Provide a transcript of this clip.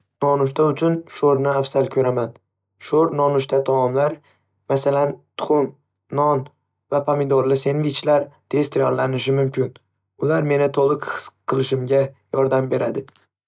Nonushta uchun sho'rni afzal ko'raman. Sho'r nonushta taomlari, masalan, tuxum, non va pomidorli sendvichlar tez tayyorlanishi mumkin. Ular meni to'liq his qilishimga yordam beradi.